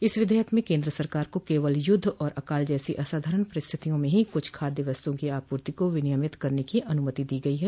इस विधेयक में केन्द्र सरकार को केवल युद्ध और अकाल जैसी असाधारण परिस्थितियों में ही कुछ खाद्य वस्तुओं की आपूर्ति को विनियमित करने की अनुमति दी गई है